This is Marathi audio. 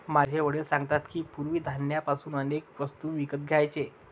माझे वडील सांगतात की, पूर्वी धान्य पासून अनेक वस्तू विकत घ्यायचे